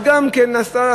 אבל גם כן עשתה,